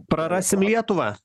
prarasim lietuvą